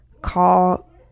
call